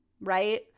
right